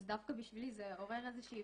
אז דווקא בשבילי זה עובר באיזושהי